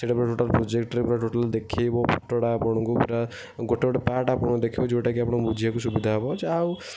ସେଇଟା ପୂରା ଟୋଟାଲ୍ ପ୍ରୋଜେକ୍ଟର୍ରେ ପୂରା ଦେଖାଇବ ଫୋଟୋଟା ଆପଣଙ୍କୁ ପୂରା ଗୋଟିଏ ଗୋଟେ ପାର୍ଟ୍ ଆପଣଙ୍କୁ ଦେଖାଇବ ଯେଉଁଟା କି ଆପଣ ବୁଝିବାକୁ ସୁବିଧା ହେବ ଯାହା ହେଉ